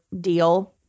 deal